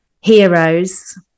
heroes